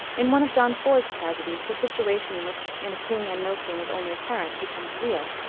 in one of john ford's tragedies, the situation which in a king and no king is only apparent, becomes real,